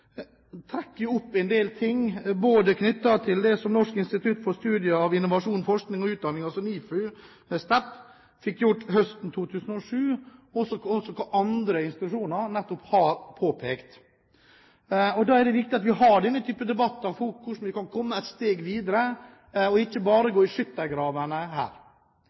opp en del ting, både knyttet til det som Nordisk institutt for studier av innovasjon, forskning og utdanning, NIFU STEP, fikk gjort høsten 2007, og som andre institusjoner nettopp har påpekt. Da er det viktig at vi har denne typen debatter om hvordan vi kan komme et steg videre, og ikke bare går i skyttergravene.